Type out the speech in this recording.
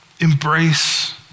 Embrace